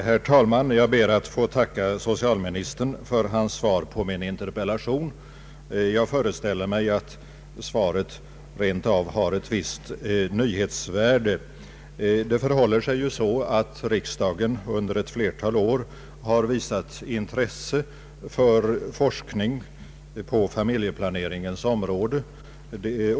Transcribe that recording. Herr talman! Jag ber att få tacka socialministern för svaret på min interpellation. Jag föreställer mig att svaret rentav har ett visst nyhetsvärde. Riksdagen har ju under ett flertal år visat intresse för forskning på familjeplaneringens område.